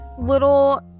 little